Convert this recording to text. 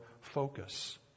focus